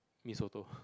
mee soto